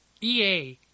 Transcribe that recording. EA